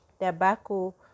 tobacco